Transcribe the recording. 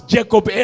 Jacob